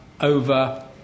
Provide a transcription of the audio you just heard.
over